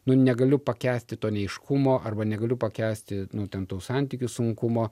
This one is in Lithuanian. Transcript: nu negaliu pakęsti to neaiškumo arba negaliu pakęsti nu ten tų santykių sunkumo